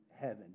heaven